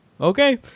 Okay